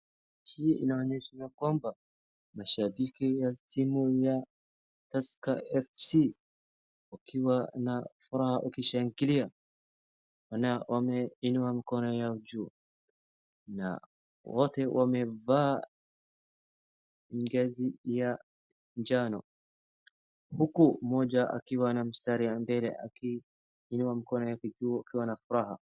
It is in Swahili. Hii inaonyesha ya kwamba, mashabiki wa timu ya Tusker FC wakiwa na furaha wakishangilia, wameinua mikono yao juu, na wote wamevaa mavazi ya njano, huku mmoja akiwa na mstari wa mbele akiinua mikono yake juu akiwa na furaha.